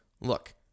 look